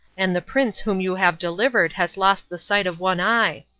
and the prince whom you have delivered has lost the sight of one eye.